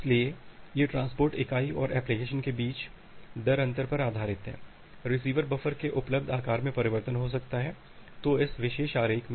इसलिए यह ट्रांसपोर्ट इकाई और एप्लीकेशन के बीच दर अंतर पर आधारित है रिसीवर बफर के उपलब्ध आकार में परिवर्तन हो सकता है तो इस विशेष आरेख में